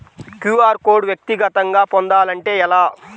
QR code వ్యక్తిగతంగా పొందాలంటే ఎలా?